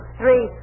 three